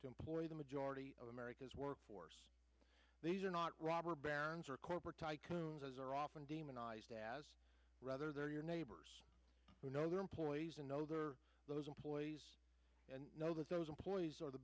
to employ the majority of america's workforce these are not robber barons or corporate tycoons as are often demonized as rather they're your neighbors who know their employees and know there are those employees and know that those employees are the